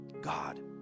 God